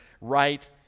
right